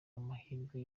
amahirwe